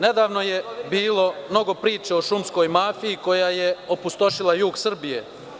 Nedavno je bilo mnogo priča o šumskoj mafiji koja je opustošila jug Srbije.